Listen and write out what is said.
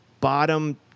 bottom